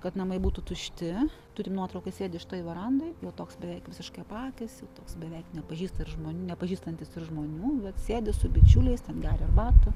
kad namai būtų tušti turim nuotrauką sėdi šitoj verandoj jau toks beveik visiškai apakęs jau toks beveik nepažįsta ir žmonių nepažįstantis ir žmonių bet sėdi su bičiuliais ten gria arbatą